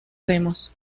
remos